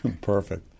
Perfect